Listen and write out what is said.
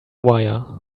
wire